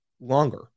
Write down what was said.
longer